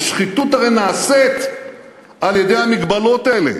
השחיתות הרי נעשית על-ידי המגבלות האלה,